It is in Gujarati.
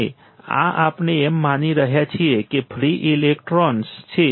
અને આમ આપણે એમ માની રહ્યા છીએ કે ફ્રિ ઇલેક્ટ્રોન છે